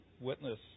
Witness